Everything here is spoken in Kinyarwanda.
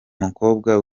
umukobwa